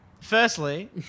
Firstly